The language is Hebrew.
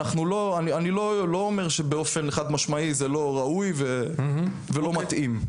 אני לא אומר שבאופן חד משמעי זה לא ראוי ולא מתאים.